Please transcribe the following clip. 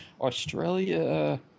Australia